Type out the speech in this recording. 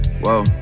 whoa